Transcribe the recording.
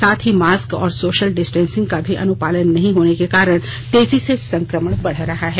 साथ ही मास्क और सोशल डिस्टेंसिंग का भी अनुपालन नहीं होने के कारण तेजी से संक्रमण बढ़ रहा है